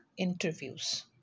interviews